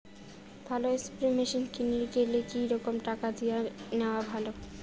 ভালো spray machine কিনির গেলে কি রকম টাকা দিয়া নেওয়া ভালো?